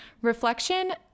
reflection